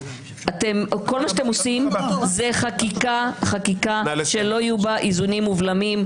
כל מה שאתם עושים זה חקיקה שלא יהיו בה איזונים ובלמים,